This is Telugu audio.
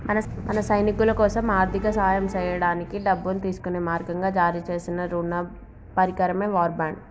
మన సైనికులకోసం ఆర్థిక సాయం సేయడానికి డబ్బును తీసుకునే మార్గంగా జారీ సేసిన రుణ పరికరమే వార్ బాండ్